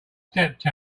stepped